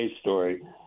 story